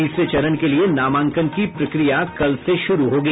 तीसरे चरण के लिए नामांकन की प्रक्रिया कल से शुरू होगी